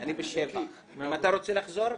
אני בהסתייגות 7. אתה רוצה לחזור?